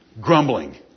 Grumbling